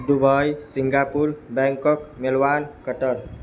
Dubai Singapore Bangkok Melbourne Qatar